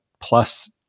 Plus